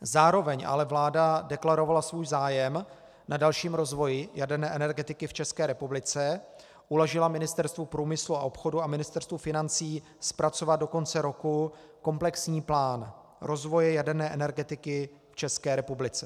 Zároveň ale vláda deklarovala svůj zájem na dalším rozvoji jaderné energetiky v České republice, uložila Ministerstvu průmyslu a obchodu a Ministerstvu financí zpracovat do konce roku komplexní plán rozvoje jaderné energetiky v České republice.